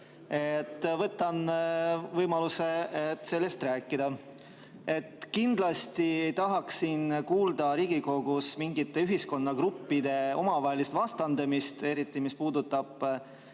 kasutan võimalust sellest rääkida. Kindlasti ei tahaks kuulda siin Riigikogus mingite ühiskonnagruppide omavahelist vastandumist, eriti mis puudutab